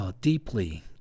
deeply